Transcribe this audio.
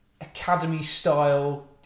academy-style